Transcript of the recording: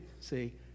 see